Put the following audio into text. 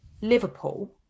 Liverpool